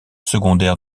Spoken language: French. secondaire